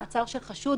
מעצר של חשוד.